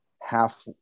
half